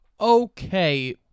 okay